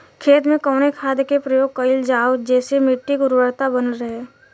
खेत में कवने खाद्य के प्रयोग कइल जाव जेसे मिट्टी के उर्वरता बनल रहे?